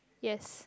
yes